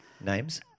Names